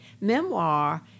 Memoir